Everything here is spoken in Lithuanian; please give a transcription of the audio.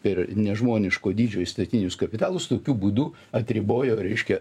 per nežmoniško dydžio įstatinius kapitalus tokiu būdu atribojo reiškia